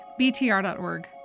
BTR.org